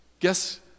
Guess